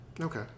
Okay